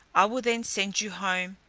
i will then send you home,